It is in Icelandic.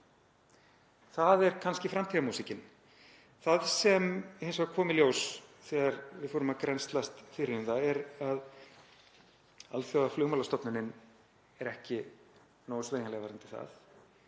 Það er kannski framtíðarmúsík. Það sem kom í ljós þegar við fórum að grennslast fyrir um þetta er að Alþjóðaflugmálastofnunin er ekki nógu sveigjanleg varðandi það.